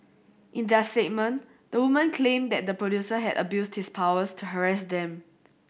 in their statement the woman claim that the producer had abused his powers to harass them